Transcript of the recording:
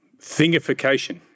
Thingification